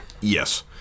yes